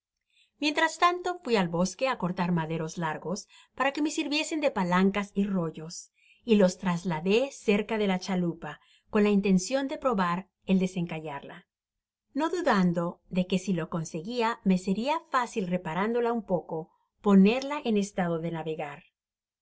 mientras tanto fui al bosque á cortar maderos largos para que me sirviesen de palancas y rollos y los trasladé cerca de la chalupa con la intencion de probar el desencallarla no dudando de que si lo conseguía me seria fácil reparándola un poco ponerla en estado de navegar